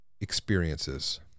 experiences